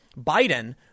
Biden